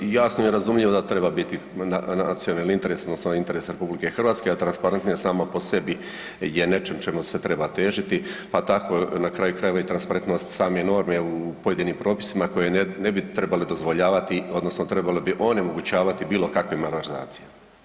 I jasno je i razumljivo da treba biti nacionalni interes odnosno interes RH, a transparentno je samo po sebi je nečem čemu se treba težiti, pa tako i transparentnost same norme u pojedinim propisima koje ne bi trebale dozvoljavati odnosno trebale bi onemogućavati bilo kakve malverzacije.